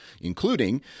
including